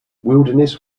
wilderness